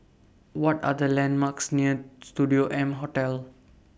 What Are The landmarks near Studio M Hotel